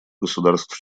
государств